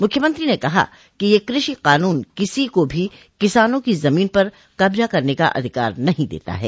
मुख्यमंत्री ने कहा कि यह कृषि कानून किसी को भी किसानों की जमीन पर कब्जा करने का अधिकार नहीं देता है